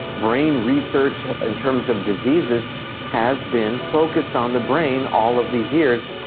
brain research in terms of diseases has been focused on the brain all of these years,